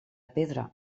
pedra